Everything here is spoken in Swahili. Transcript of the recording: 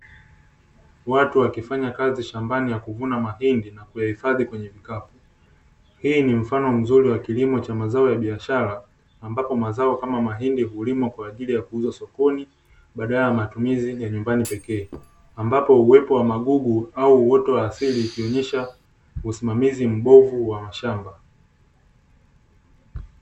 Watu wakifanya kazi shamabani ya kuvuna mahindi na kuyahifadhi kwenye vikapu, hii ni mfano mzuri wa kilimo cha mazao ya biashara, ambapo mazao kama mahindi hulimwa kwaajili ya kuuzwa sokoni, badala ya matumizi ya nyumbani pekee, ambapo uwepo wa magugu au uoto wa asili ikionyesha usimamizi mbovu wa mashamba.